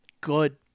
good